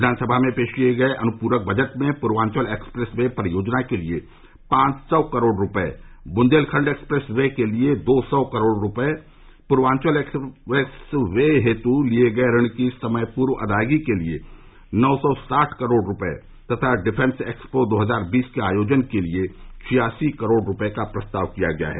विधानसभा में पेश किये गये अनुपूरक बजट में पूर्वांचल एक्सप्रेस वे परियोजना के लिये पांच सौ करोड़ रूपये बुन्देलखंड एक्सप्रेस वे के लिये दो सौ करोड़ रूपये पूर्वांचल एक्सप्रेस वे हेत् लिये गये ऋण की समयपूर्व अदायगी के लिये नौ सौ साठ करोड़ रूपर्य तथा डिफेंस एक्सपो दो हजार बीस के आयोजन के लिये छियासी करोड़ रूपये का प्रस्ताव किया गया है